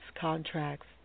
contracts